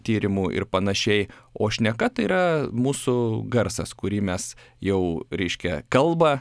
tyrimų ir panašiai o šneka tai yra mūsų garsas kurį mes jau reiškia kalbą